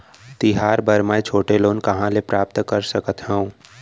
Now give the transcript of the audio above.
तिहार बर मै छोटे लोन कहाँ ले प्राप्त कर सकत हव?